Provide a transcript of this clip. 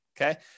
okay